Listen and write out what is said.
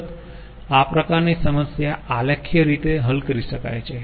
અલબત્ત આ પ્રકારની સમસ્યા આલેખીય રીતે હલ કરી શકાય છે